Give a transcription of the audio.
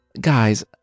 Guys